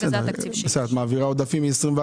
את מעבירה עודפים מ-21',